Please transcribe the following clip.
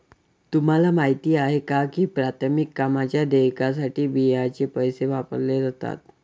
तुम्हाला माहिती आहे का की प्राथमिक कामांच्या देयकासाठी बियांचे पैसे वापरले जातात?